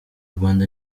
rwanda